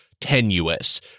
tenuous